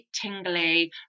tingly